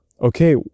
Okay